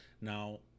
now